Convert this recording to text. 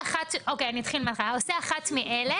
אני אתחיל מההתחלה: העושה אחת מאלה